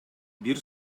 бир